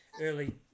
early